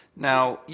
now, yeah